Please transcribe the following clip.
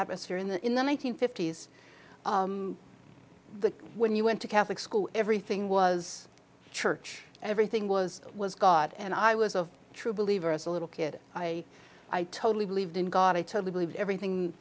atmosphere in the one nine hundred fifty s the when you went to catholic school everything was church everything was was god and i was a true believer as a little kid i i totally believed in god i totally believed everything